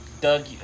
Doug